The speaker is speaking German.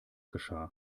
geschah